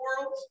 world